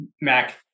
Mac